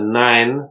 nine